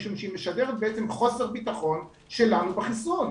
משום שהיא משדרת חוסר ביטחון שלנו בחיסון,